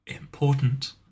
important